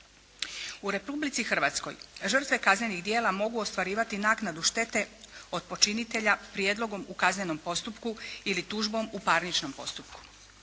U Republici Hrvatskoj žrtve kaznenih djela mogu ostvarivati naknadu štete od počinitelja prijedlogom u kaznenom postupku ili tužbom u parničnom postupku.